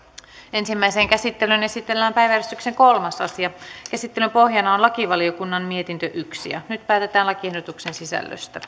ensimmäiseen käsittelyyn esitellään päiväjärjestyksen kolmas asia käsittelyn pohjana on lakivaliokunnan mietintö yksi nyt päätetään lakiehdotuksen sisällöstä